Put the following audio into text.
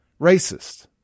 Racist